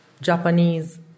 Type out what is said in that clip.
Japanese